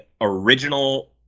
original